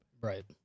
Right